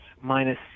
minus